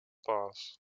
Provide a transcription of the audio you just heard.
pass